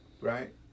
Right